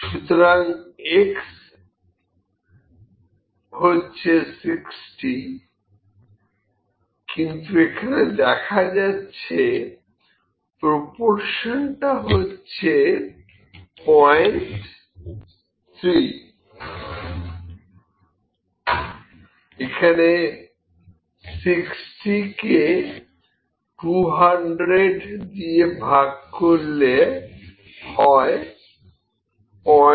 সুতরাং x 60 কিন্তু এখানে দেখা যাচ্ছে প্রপরশনটা হচ্ছে 03 এখানে 60 কে 200 দিয়ে ভাগ করলে হয় 03